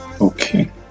Okay